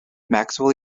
maxwell